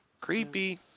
Creepy